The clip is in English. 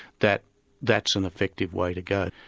that that's an effective way to go.